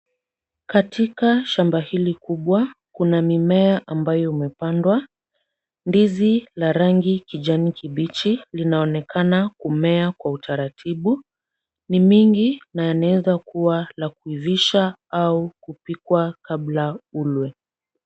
Katika shamba hili kubwa, kuna mimea ambayo imepandwa. Ndizi la rangi kijani kibichi linaonekana kumea kwa utaratibu. Ni mingi na yanaeza kuwa ya kuivisha au kupikwa kabla ulwe .